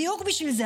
בדיוק בשביל זה.